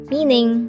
Meaning